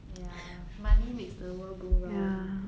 ya money makes the world go round